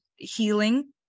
healing